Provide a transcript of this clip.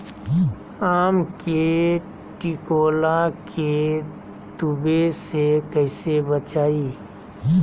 आम के टिकोला के तुवे से कैसे बचाई?